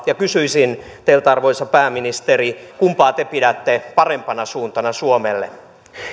ja kysyisin teiltä arvoisa pääministeri kumpaa te pidätte parempana suuntana suomelle